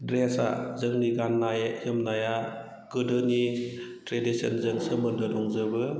ड्रेसा जोंनि गाननाय जोमनाया गोदोनि ट्रेडिसनजों सोमोन्दो दंजोबो